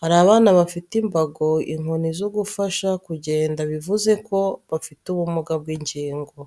Hari abana bafite imbago inkoni zo gufasha kugenda bivuze ko bafite ubumuga bw’ingingo.